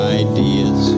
ideas